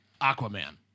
Aquaman